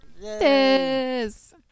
yes